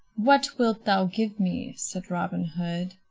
what wilt thou give me, said robin hood,